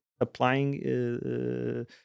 applying